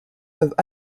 peuvent